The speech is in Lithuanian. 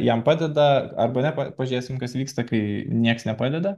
jam padeda arba pažiūrėsim kas vyksta kai nieks nepadeda